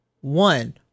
one